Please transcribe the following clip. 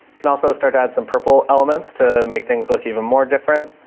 can also start to add some purple elements to make things look even more different.